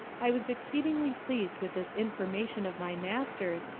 i was exceedingly pleas'd with this information of my master's,